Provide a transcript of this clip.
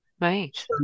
Right